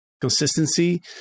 consistency